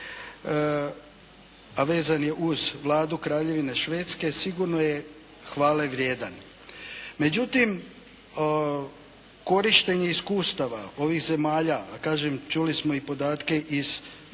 a vezan je uz Vladu Kraljevine Švedske sigurno je hvale vrijedan. Međutim, korištenje iskustava ovih zemalja, a kažem čuli smo i podatke iz Švedske